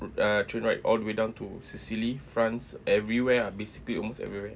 a train ride all the way down to sicily france everywhere ah basically almost everywhere